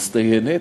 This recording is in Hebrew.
מצטיינת,